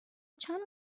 چند